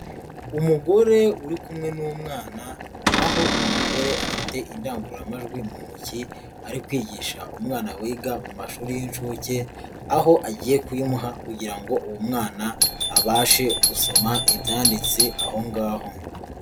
Umugore uri kumwe n'umwana aho uwo mugore afite indangururamajwi mu ntoki ari kwigisha umwana wiga mu mashuri y'inshuke, aho agiye kuyimuha kugira ngo uwo mwana abashe gusoma ibyanditse aho ngaho.